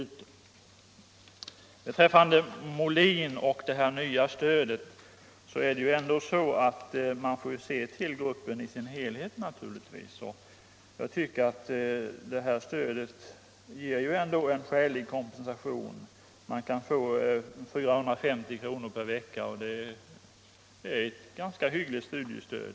Beträffande det nya stödet som herr Molin talade om vill jag säga att man måste se till gruppen i dess helhet. Jag tycker att stödet ger en skälig kompensation när man läser — 450 kr. per vecka är ändå ett ganska hyggligt studiestöd.